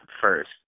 first